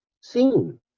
seen